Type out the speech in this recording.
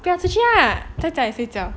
不要出去啦在家里睡觉